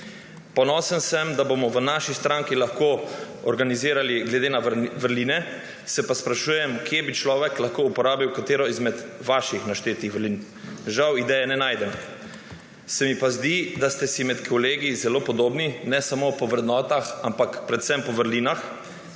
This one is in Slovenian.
Ponosen sem, da bomo v naši stranki lahko organizirali, glede na vrline se pa sprašujem, kje bi človek lahko uporabil katero izmed vaših naštetih vrlin. Žal ideje ne najdem. Se mi pa zdi, da ste si med kolegi zelo podobni, ne samo po vrednotah, ampak predvsem po vrlinah.